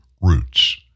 roots